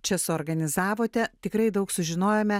čia suorganizavote tikrai daug sužinojome